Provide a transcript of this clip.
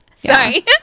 Sorry